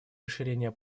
расширения